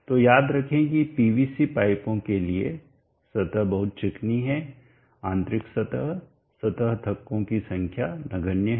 तो याद रखें कि पीवीसी पाइपों के लिए सतह बहुत चिकनी है आंतरिक सतह सतह धक्कों की संख्या नगण्य हैं